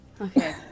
Okay